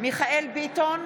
מיכאל ביטון,